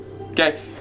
Okay